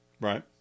right